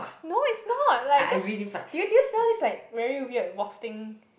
no it's not like it's just do you do you smell this like very weird wafting